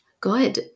good